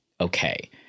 okay